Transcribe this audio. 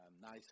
nice